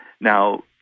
Now